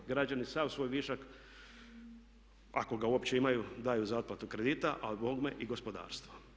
Građani sav svoj višak ako ga uopće imaju daju za otplatu kredita, a bogme i gospodarstvo.